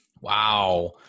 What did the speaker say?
Wow